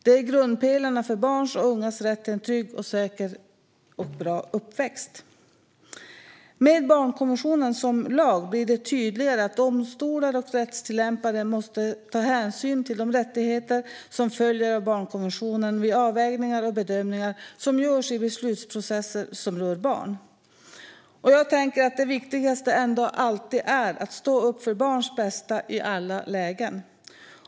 De är grundpelarna för barns och ungas rätt till en trygg, säker och bra uppväxt. Med barnkonventionen som lag blir det tydligare att domstolar och rättstillämpare måste ta hänsyn de rättigheter som följer av barnkonventionen vid avvägningar och bedömningar som görs i beslutsprocesser som rör barn. Jag tänker att det viktigaste ändå är att alltid stå upp för barns bästa i alla lägen.